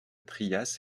trias